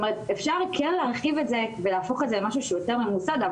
אפשר כן להרחיב את זה ולהפוך את זה למשהו שהוא יותר ממוסד,